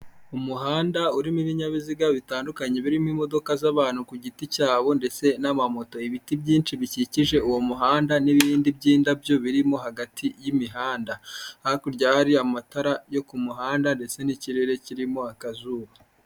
Umuhanda urimo ibinyabiziga bitandukanye birimo imodoka z'abantu ku giti cyabo ndetse n'amamoto, ibiti byinshi bikikije uwo muhanda n'ibindi by'indabyo birimo hagati y'imihanda, hakurya hari amatara yo ku muhanda ndetse n'ikirere kirimo akazuba.